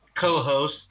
Co-host